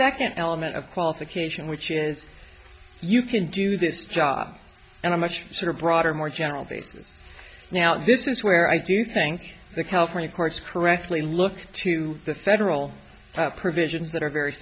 that second element of qualification which is you can do this job and a much sort of broader more general basis now this is where i do think the california courts correctly look to the federal provisions that are very